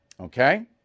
Okay